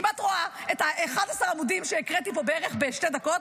אם את רואה את 11 העמודים שהקראתי פה בערך בשתי דקות,